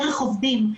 דרך עובדים.